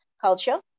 culture